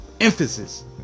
emphasis